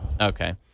Okay